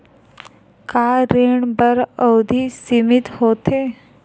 का ऋण बर अवधि सीमित होथे?